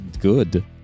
Good